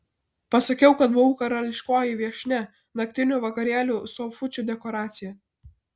pasakiau kad buvau karališkoji viešnia naktinių vakarėlių sofučių dekoracija